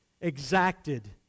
exacted